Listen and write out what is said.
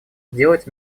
сделать